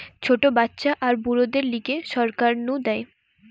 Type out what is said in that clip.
ছোট বাচ্চা আর বুড়োদের লিগে সরকার নু দেয়